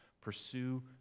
pursue